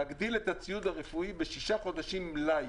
להגדיל את הציוד הרפואי בשישה חודשים מלאי.